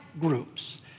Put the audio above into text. groups